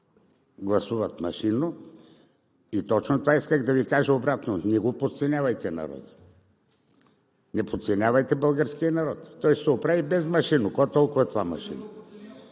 гласуват машинно, и точно това исках да Ви кажа: обратно – не го подценявайте народа. Не подценявайте българския народ. Той ще се оправи без машинно. Какво толкова е това машинно?